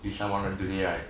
with someone or today right